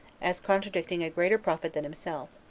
as contradicting a greater prophet than himself,